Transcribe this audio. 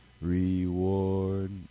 reward